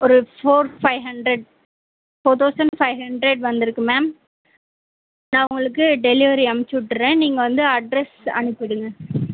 ஒரு four five hundred four thousand five hundred வந்திருக்கு ma'am நான் உங்களுக்கு டெலிவெரி அமிச்சுவிட்டுர்றேன் நீங்கள் வந்து அட்ரெஸ் அனுப்பிவிடுங்க